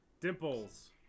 Dimples